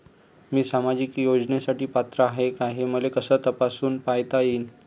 मी सामाजिक योजनेसाठी पात्र आहो का, हे मले कस तपासून पायता येईन?